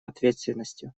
ответственностью